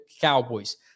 Cowboys